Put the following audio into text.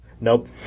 Nope